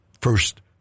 first